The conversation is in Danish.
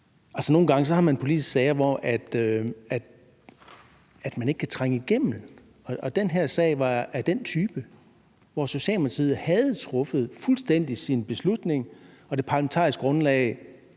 nogle gange har man politiske sager, hvor man ikke kan trænge igennem, og den her sag var af den type, altså hvor Socialdemokratiet fuldstændig havde truffet sin beslutning og det parlamentariske grundlag